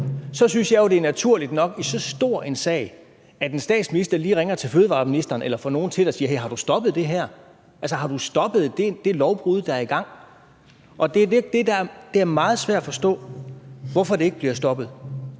Så synes jeg jo, at det er naturligt nok i så stor en sag, at en statsminister lige ringer til fødevareministeren eller får nogen til det og spørger: Hej, har du stoppet det her; har du stoppe det lovbrud, der er i gang? Det er lidt det, der er meget svært at forstå, altså det, at det ikke bliver stoppet,